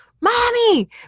mommy